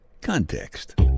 context